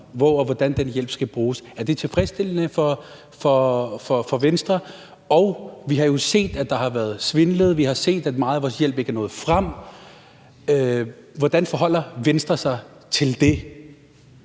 hvor og hvordan den hjælp skal bruges. Er det tilfredsstillende for Venstre? Og vi har jo set, at der har været svindlet, vi har set, at meget af vores hjælp ikke er nået frem. Hvordan forholder Venstre sig til det?